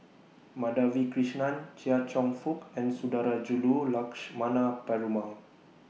Madhavi Krishnan Chia Cheong Fook and Sundarajulu Lakshmana Perumal